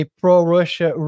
pro-Russia